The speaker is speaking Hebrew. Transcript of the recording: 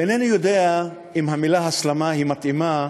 אינני יודע אם המילה הסלמה היא מתאימה,